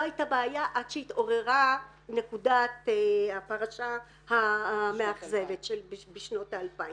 הייתה בעיה עד שהתעוררה נקודת הפרשה המאכזבת בשנות ה-2000,